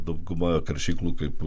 dauguma karšyklų kaip